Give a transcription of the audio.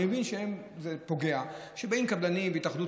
אני מבין שזה פוגע שבאים קבלנים מהתאחדות